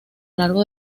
largo